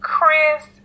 Chris